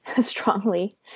strongly